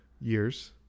years